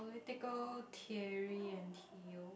political theory and theo